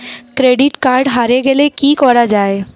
Credit card হারে গেলে কি করা য়ায়?